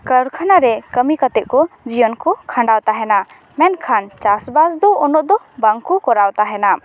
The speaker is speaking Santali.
ᱠᱟᱨᱠᱷᱟᱱᱟ ᱨᱮ ᱠᱟᱹᱢᱤ ᱠᱟᱛᱮ ᱠᱚ ᱡᱤᱭᱚᱱ ᱠᱚ ᱠᱷᱟᱸᱰᱟᱣ ᱛᱟᱦᱮᱱᱟ ᱢᱮᱱᱠᱷᱟᱱ ᱪᱟᱥᱵᱟᱥ ᱫᱚ ᱩᱱᱟᱹᱜ ᱫᱚ ᱵᱟᱝ ᱠᱚ ᱠᱚᱨᱟᱣ ᱛᱟᱦᱮᱱᱟ